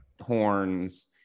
horns